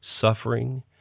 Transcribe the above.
suffering